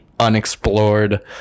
unexplored